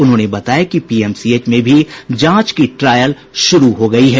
उन्होंने बताया कि पीएमसीएच में भी जांच की ट्रायल शुरू हो गयी है